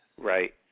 Right